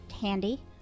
handy